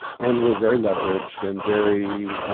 and we're very leveraged and very,